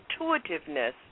intuitiveness